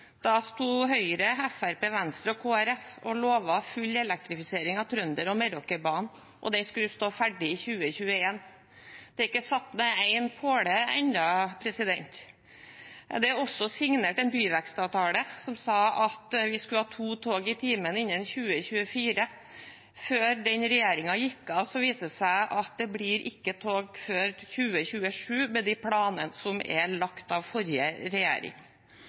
Da sto Høyre, Fremskrittspartiet, Venstre og Kristelig Folkeparti og lovte full elektrifisering av Trønder- og Meråkerbanen, og den skulle stå ferdig i 2021. Det er ikke satt ned én påle ennå. Det er også signert en byvekstavtale som sa at vi skulle ha to tog i timen innen 2024. Før den regjeringen gikk av, viste det seg at det ikke blir tog før i 2027 med de planene som er lagt av forrige regjering.